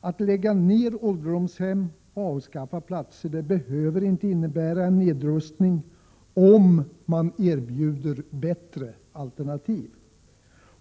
Att lägga ner ålderdomshem och avskaffa platser där behöver inte innebära en nedrustning, om bättre alternativ erbjuds.